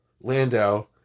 Landau